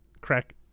crack